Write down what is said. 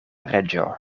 reĝo